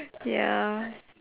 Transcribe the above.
ya